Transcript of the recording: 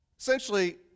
Essentially